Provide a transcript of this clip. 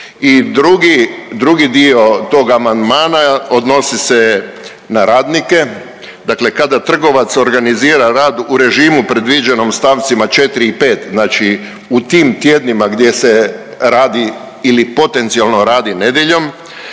drugi dio tog amandmana odnosi se na radnike, dakle kada trgovac organizira rad u režimu predviđenom u st. 4. i 5. znači u tim tjednima gdje se radi ili potencijalno radi nedjeljom